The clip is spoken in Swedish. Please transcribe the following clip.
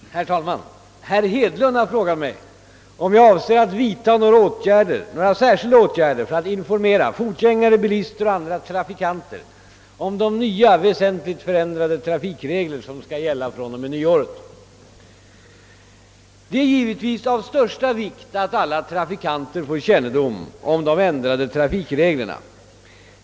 Herr talman! Herr Hedlund har frågat mig om jag avser att vidta några särskilda åtgärder för att informera fotgängare, bilister och andra trafikanter om de nya, väsentligt förändrade trafikregler som skall gälla från nyåret. Det är givetvis av största vikt att alla trafikanter får kännedom om de ändrade trafikreglerna.